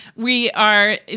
we are,